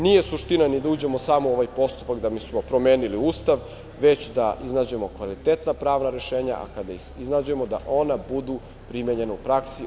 Nije suština ni da uđemo samo u ovaj postupak da bismo promenili Ustav, već da iznađemo kvalitetna pravna rešenja, a kada ih iznađemo da ona budu primenjena u praksi.